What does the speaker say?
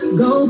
go